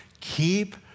Keep